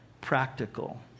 practical